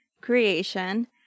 creation